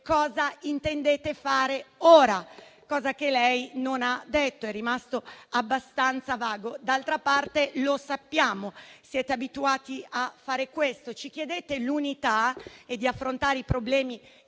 cosa intendete fare ora - cosa che lei non ha detto - restando abbastanza vago. D'altra parte, sappiamo che siete abituati a fare questo. Ci chiedete l'unità e di affrontare i problemi